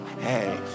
Hey